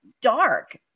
dark